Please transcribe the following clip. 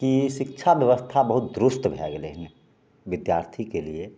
कि शिक्षा बेबस्था बहुत दुरुस्त भै गेलै हँ विद्यार्थीके लिए